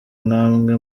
namwe